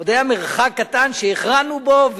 עוד היה מרחק קטן שהכרענו בו.